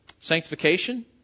sanctification